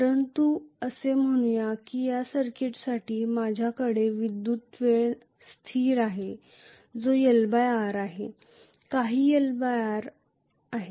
परंतु असे म्हणूया की या सर्किटसाठी माझ्याकडे विद्युतीय वेळ स्थिर आहे जो L R आहे काही L R आहे